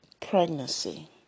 Pregnancy